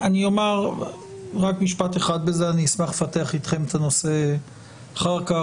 אני אומר רק משפט אחד ואני אשמח לפתח אתכם את הנושא אחר כך.